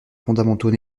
fondamentaux